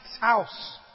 house